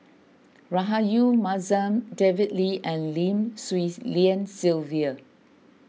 Rahayu Mahzam David Lee and Lim Swee Lian Sylvia